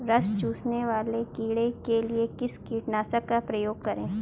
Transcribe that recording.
रस चूसने वाले कीड़े के लिए किस कीटनाशक का प्रयोग करें?